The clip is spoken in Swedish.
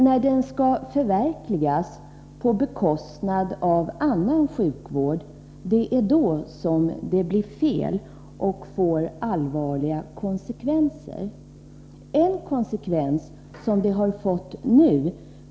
Men det blir fel — och det får allvarliga konsekvenser — när den skall förverkligas på bekostnad av annan sjukvård. En konsekvens kan vi se redan nu.